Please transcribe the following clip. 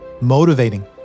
motivating